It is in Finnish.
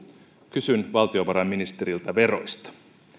kysyn valtiovarainministeriltä veroista